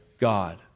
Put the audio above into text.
God